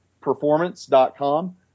performance.com